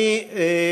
מי בוגד, אדוני?